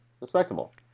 respectable